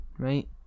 Right